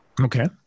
Okay